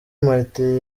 martin